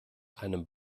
einem